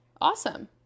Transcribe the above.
awesome